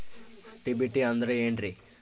DBT ಅಂದ್ರ ಏನ್ರಿ?